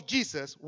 Jesus